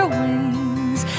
wings